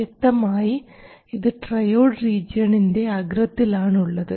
വ്യക്തമായി ഇത് ട്രയോഡ് റീജിയണിൻറെ അഗ്രത്തിൽ ആണുള്ളത്